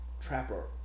Trapper